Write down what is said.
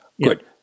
good